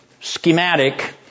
schematic